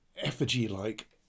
effigy-like